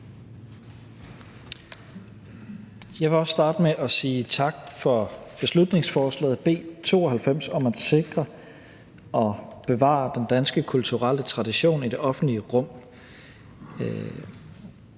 Jeg vil også starte med at sige tak for beslutningsforslag B 92 om at sikre og bevare den danske kulturelle tradition i det offentlige rum,